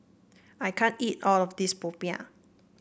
I can't eat all of this Popiah